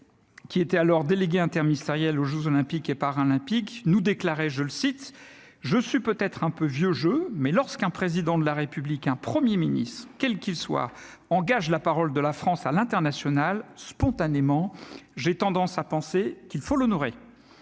Castex, alors délégué interministériel aux jeux Olympiques et Paralympiques, nous déclarait :« Je suis peut-être un peu " vieux jeu ", mais lorsqu'un Président de la République, un Premier ministre, quels qu'ils soient, engagent la parole de la France à l'international, spontanément, j'ai tendance à penser qu'il faut l'honorer. »